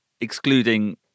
excluding